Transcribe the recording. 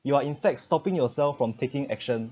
you are in fact stopping yourself from taking action